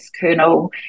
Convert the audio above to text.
kernel